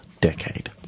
decade